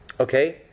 Okay